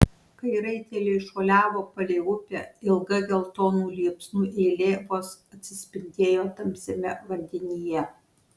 kai raiteliai šuoliavo palei upę ilga geltonų liepsnų eilė vos atsispindėjo tamsiame vandenyje